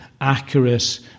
accurate